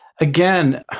Again